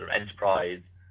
enterprise